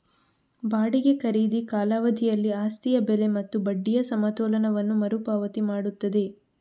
ಬಾಡಿಗೆ ಖರೀದಿ ಕಾಲಾವಧಿಯಲ್ಲಿ ಆಸ್ತಿಯ ಬೆಲೆ ಮತ್ತು ಬಡ್ಡಿಯ ಸಮತೋಲನವನ್ನು ಮರು ಪಾವತಿ ಮಾಡುತ್ತದೆ